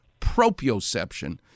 proprioception